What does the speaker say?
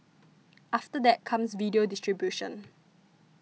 after that comes video distribution